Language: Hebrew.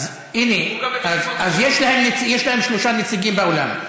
אז הינה, יש להם שלושה נציגים באולם.